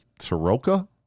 Soroka